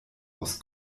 aus